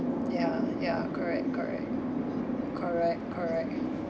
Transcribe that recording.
ya ya correct correct correct correct